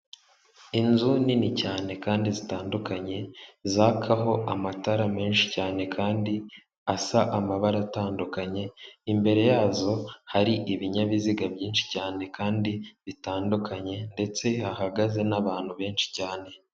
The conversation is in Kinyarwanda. Inzu nini cyane kandi zitandukanye zakaho amatara menshi cyane kandi asa amabara atandukanye, imbere yazo hari ibinyabiziga byinshi cyane kandi bitandukanye ndetse hahagaze n'abantu benshi cyane.